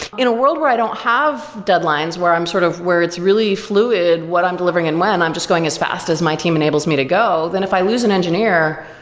in a world where i don't have deadlines where i'm sort of where it's really fluid, what i'm delivering and when, i'm just going as fast as my team enables me to go. then if i lose an engineer,